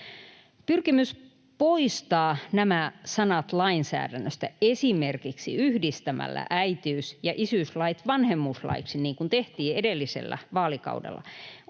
Pyrkimys poistaa nämä sanat lainsäädännöstä esimerkiksi yhdistämällä äitiys‑ ja isyyslait vanhemmuuslaiksi, niin kuin tehtiin edellisellä vaalikaudella,